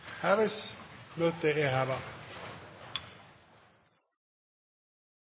heves? – Møtet er